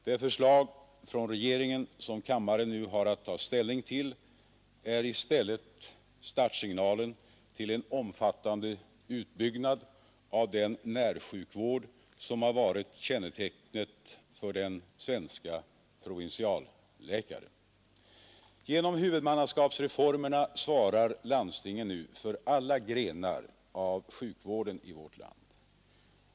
Det förslag från regeringen som kammaren nu har att ta ställning till, är i stället startsignalen till en omfattande utbyggnad av den närsjukvård som har varit kännetecknet för den svenska provinsialläkaren. Genom huvudmannaskapsreformerna svarar landstingen nu för alla grenar av sjukvården i vårt land.